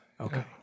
Okay